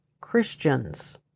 Christians